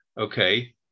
okay